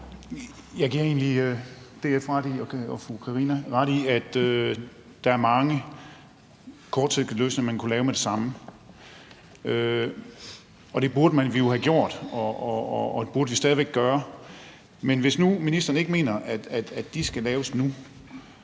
Karina Adsbøl ret i, at der er mange kortsigtede løsninger, man kunne lave med det samme. Det burde vi jo have gjort, og det burde vi stadig væk gøre. Men hvis nu ministeren ikke mener, at de skal laves nu,